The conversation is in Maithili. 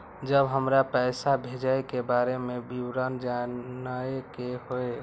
जब हमरा पैसा भेजय के बारे में विवरण जानय के होय?